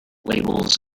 labels